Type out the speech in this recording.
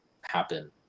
happen